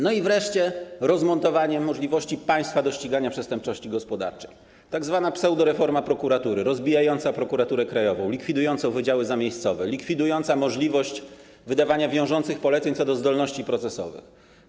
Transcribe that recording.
No i wreszcie rozmontowanie możliwości ścigania przez państwo przestępczości gospodarczej, tzw. pseudoreforma prokuratury rozbijająca Prokuraturę Krajową, likwidująca oddziały zamiejscowe, likwidująca możliwość wydawania wiążących poleceń co do zdolności procesowych.